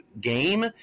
game